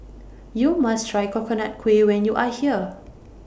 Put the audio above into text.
YOU must Try Coconut Kuih when YOU Are here